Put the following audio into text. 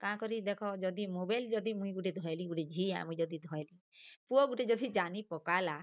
କାଁ କରି ଦେଖ ଯଦି ମୋବାଇଲ୍ ଯଦି ମୁଇଁ ଗୁଟେ ଧଇଲି ଗୁଟେ ଝି ଆମେ ଯଦି ଧଇଲୁ ପୁଅ ଗୁଟେ ଯଦି ଜାନି ପକାଲା